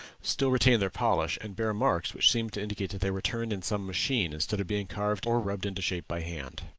still retain their polish, and bear marks which seem to indicate that they were turned in some machine, instead of being carved or rubbed into shape by hand.